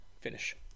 finish